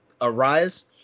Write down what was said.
arise